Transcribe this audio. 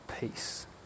peace